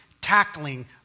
tackling